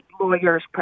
lawyers